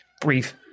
brief